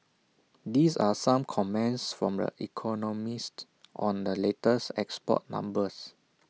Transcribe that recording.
these are some comments from economists on the latest export numbers